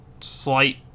slight